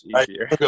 easier